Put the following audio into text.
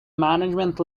management